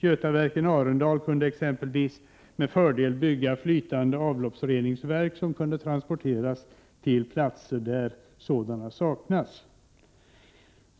Götaverken-Arendal kunde exempelvis med fördel bygga flytande avloppsreningsverk, som kunde transporteras till platser där sådana saknas.